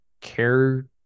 care